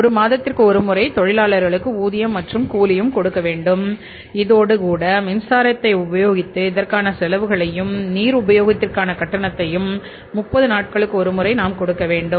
ஒரு மாதத்திற்கு ஒருமுறை தொழிலாளர்களுக்கு ஊதியம் மற்றும் கூலியும் கொடுக்க வேண்டும் இதோடு கூட மின்சாரத்தை உபயோகித்து இதற்கான செலவுகளையும் நீர் உபயோகத்திற்கான கட்டணத்தையும் 30 நாட்களுக்கு ஒரு முறை நாம் கொடுக்க வேண்டும்